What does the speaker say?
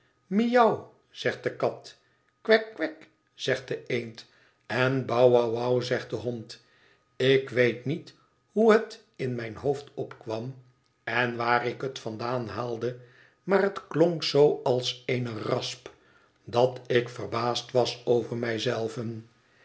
miauw zegt de kat kwek kwek zegt de eend en bou wou wou zegt de hond ik weet niet hoe net in mijn hoofd opkwam en waar ik het vandaan haalde maar het klonk zoo als eene rasp dat ik verbaasd was over mij